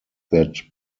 that